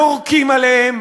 יורקים עליהם,